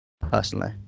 personally